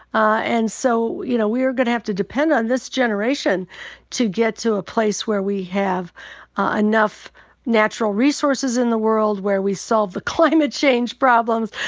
and so, you know, we are gonna have to depend on this generation to get to a place where we have enough natural resources in the world, where we solve the climate change problem,